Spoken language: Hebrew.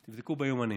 תבדקו ביומנים.